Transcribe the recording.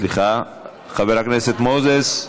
סליחה, חבר הכנסת מוזס.